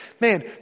Man